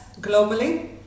globally